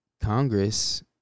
Congress